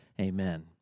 Amen